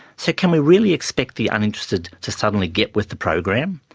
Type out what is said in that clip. so can we really expect the uninterested to suddenly get with the program,